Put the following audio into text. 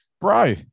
bro